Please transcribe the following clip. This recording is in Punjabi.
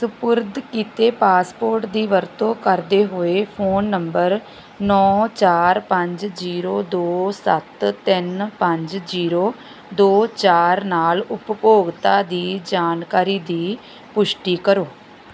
ਸਪੁਰਦ ਕੀਤੇ ਪਾਸਪੋਰਟ ਦੀ ਵਰਤੋਂ ਕਰਦੇ ਹੋਏ ਫ਼ੋਨ ਨੰਬਰ ਨੋ ਚਾਰ ਪੰਜ ਜੀਰੋ ਦੋ ਸੱਤ ਤਿੰਨ ਪੰਜ ਜੀਰੋ ਦੋ ਚਾਰ ਨਾਲ ਉਪਭੋਗਤਾ ਦੀ ਜਾਣਕਾਰੀ ਦੀ ਪੁਸ਼ਟੀ ਕਰੋ